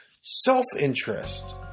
self-interest